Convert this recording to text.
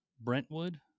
Brentwood